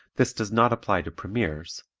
this does not apply to premieres,